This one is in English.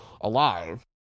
alive